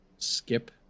skip